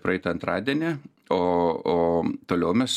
praeitą antradienį o o toliau mes